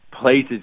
places